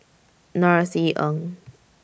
Norothy Ng